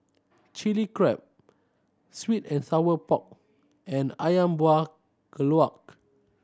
Chili Crab sweet and sour pork and Ayam Buah Keluak